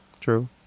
True